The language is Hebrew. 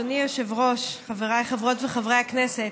אדוני היושב-ראש, חבריי חברות וחברי כנסת,